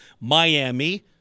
Miami